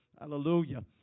Hallelujah